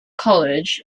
college